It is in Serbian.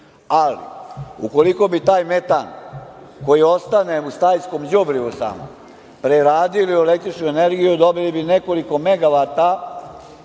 ali ukoliko bi taj metan, koji ostane u stajskom đubrivu tamo, preradili u električnu energiju, dobili bi nekoliko megavata